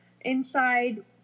inside